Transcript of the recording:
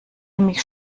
mich